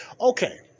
Okay